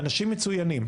אנשים מצוינים,